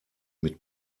mit